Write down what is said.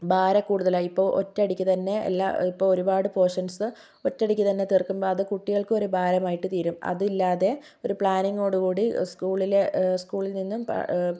ഭാരക്കൂടുതലായി ഇപ്പോൾ ഒറ്റയടിക്ക് തന്നെ എല്ലാ ഇപ്പോൾ ഒരുപാട് പോര്ഷന്സ് ഒറ്റയടിക്ക് തന്നെ തീര്ക്കുമ്പോൾ അത് കുട്ടികള്ക്കും ഒരു ഭാരമായിട്ടു തീരും അതില്ലാതെ ഒരു പ്ലാനിങ്ങോട് കൂടി സ്കൂളിലെ സ്കൂളില് നിന്നും